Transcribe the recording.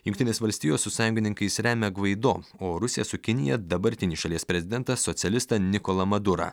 jungtinės valstijos su sąjungininkais remia gvaido o rusija su kinija dabartinį šalies prezidentą socialistą nikolą madurą